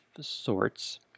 sorts